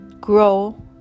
grow